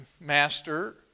Master